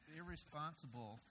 irresponsible